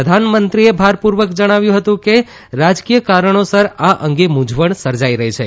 પ્રધાનમંત્રીએ ભારપૂર્વક જણાવ્યું હતું કે રાજકીય કારણોસર આ અંગે મૂંઝવણ સર્જાઇ રહી છે